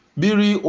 biri